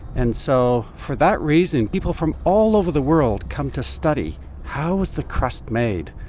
and so for that reason people from all over the world come to study how was the crust made?